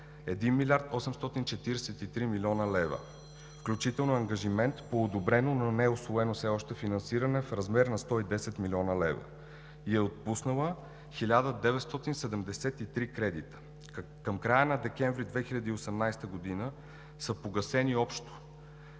1 млрд. 843 млн. лв., включително ангажимент по одобрено, но неусвоено все още финансиране в размер на 110 млн. лв. и е отпуснала 1973 кредита. Към края на месец декември 2018 г. са погасени общо